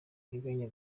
nteganya